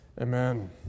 Amen